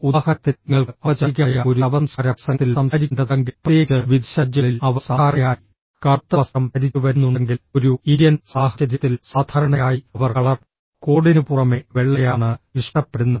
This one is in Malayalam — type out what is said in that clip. ഉദാഹരണത്തിന് നിങ്ങൾക്ക് ഔപചാരികമായ ഒരു ശവസംസ്കാര പ്രസംഗത്തിൽ സംസാരിക്കേണ്ടതുണ്ടെങ്കിൽ പ്രത്യേകിച്ച് വിദേശ രാജ്യങ്ങളിൽ അവർ സാധാരണയായി കറുത്ത വസ്ത്രം ധരിച്ച് വരുന്നുണ്ടെങ്കിൽ ഒരു ഇന്ത്യൻ സാഹചര്യത്തിൽ സാധാരണയായി അവർ കളർ കോഡിനുപുറമെ വെള്ളയാണ് ഇഷ്ടപ്പെടുന്നത്